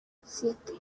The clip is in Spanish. siete